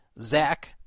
Zach